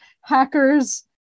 hackers